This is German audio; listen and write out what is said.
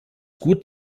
gut